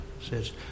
says